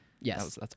Yes